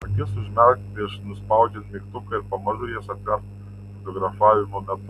akis užmerk prieš nuspaudžiant mygtuką ir pamažu jas atverk fotografavimo metu